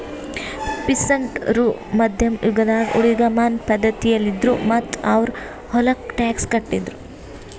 peasant ರು ಮಧ್ಯಮ್ ಯುಗದಾಗ್ ಊಳಿಗಮಾನ್ಯ ಪಧ್ಧತಿಯಲ್ಲಿದ್ರು ಮತ್ತ್ ಅವ್ರ್ ಹೊಲಕ್ಕ ಟ್ಯಾಕ್ಸ್ ಕಟ್ಟಿದ್ರು